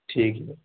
ठीक यऽ